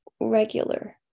regular